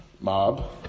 mob